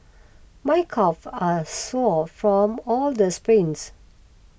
my calve are sore from all the sprints